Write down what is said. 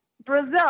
brazil